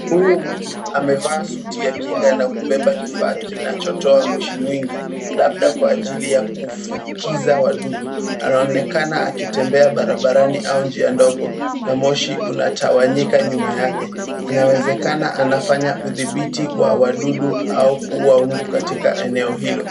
Huyu mtu amevaa suti ya kinga na kubeba kifaa kinachotoa moshi mwingi, labda kwa ajili ya kufukiza wadudu. Anaonekana akitembea barabarani au njia ndogo na moshi unatawanyika nyuma yake. Inawezekana anafanya udhibiti wa wadudu au kuua umbu katika eneo hilo.